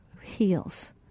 heals